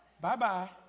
Bye-bye